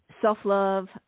Self-love